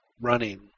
running